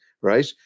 right